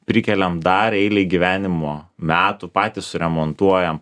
prikeliam dar eilėje gyvenimo metų patys suremontuojam